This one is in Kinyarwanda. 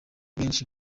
benshi